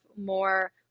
more